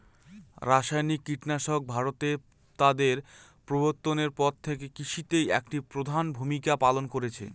রাসায়নিক কীটনাশক ভারতে তাদের প্রবর্তনের পর থেকে কৃষিতে একটি প্রধান ভূমিকা পালন করেছে